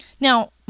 Now